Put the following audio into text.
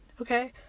Okay